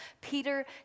Peter